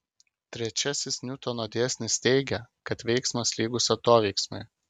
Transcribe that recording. trečiasis niutono dėsnis teigia kad veiksmas lygus atoveiksmiui